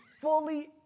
fully